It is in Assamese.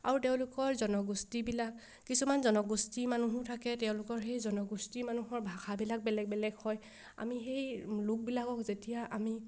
আৰু তেওঁলোকৰ জনগোষ্ঠীবিলাক কিছুমান জনগোষ্ঠীৰ মানুহো থাকে তেওঁলোকৰ সেই জনগোষ্ঠীৰ মানুহৰ ভাষাবিলাক বেলেগ বেলেগ হয় আমি সেই লোকবিলাকক যেতিয়া আমি